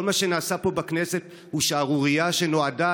כל מה שנעשה פה בכנסת הוא שערורייה שנועדה